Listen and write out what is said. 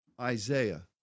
Isaiah